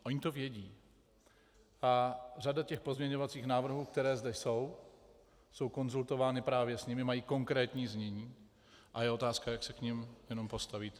Ony to vědí a řada těch pozměňovacích návrhů, které zde jsou, je konzultována právě s nimi, mají konkrétní znění a je otázka, jak se k nim jenom postavíte.